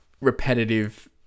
repetitive